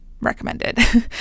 recommended